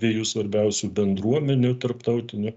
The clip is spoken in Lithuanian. dviejų svarbiausių bendruomenių tarptautinį